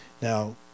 Now